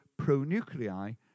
pronuclei